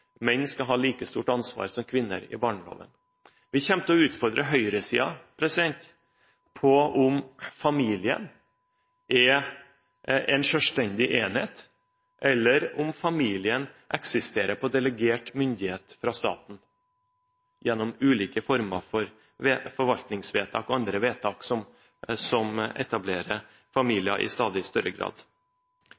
menn skal ha like stort ansvar som kvinner i barneloven. Vi kommer til å utfordre høyresiden på om familien er en selvstendig enhet, eller om familien eksisterer på delegert myndighet fra staten gjennom ulike former for forvaltningsvedtak og andre vedtak som